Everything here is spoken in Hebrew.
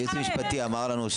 הייעוץ המשפטי אמר לנו,